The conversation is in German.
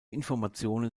informationen